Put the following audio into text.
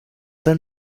dein